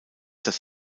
das